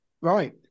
Right